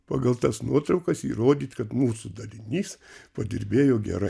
pagal tas nuotraukas įrodyt kad mūsų dalinys padirbėjo gerai